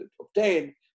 obtain